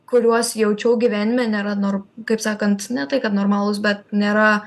kuriuos jaučiau gyvenime nėra nor kaip sakant ne tai kad normalūs bet nėra